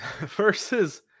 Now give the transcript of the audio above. Versus